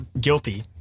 guilty